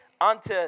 unto